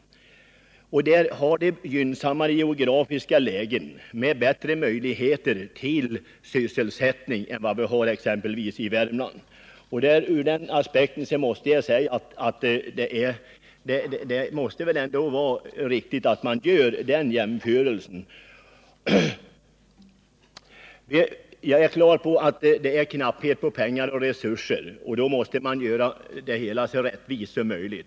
Varven har dessutom gynnsammare geografiska lägen och bättre möjligheter till sysselsättning än vad vi har i exempelvis Värmland. Sett ur den aspekten måste jag säga att det väl ändå måste vara riktigt att göra den jämförelsen. Jag är på det klara med att det råder knapphet på pengar och resurser. I det läget måste man göra fördelningen så rättvis som möjligt.